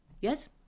Yes